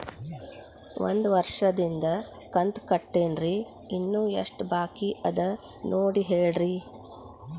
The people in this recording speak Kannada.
ಒಂದು ವರ್ಷದಿಂದ ಕಂತ ಕಟ್ಟೇನ್ರಿ ಇನ್ನು ಎಷ್ಟ ಬಾಕಿ ಅದ ನೋಡಿ ಹೇಳ್ರಿ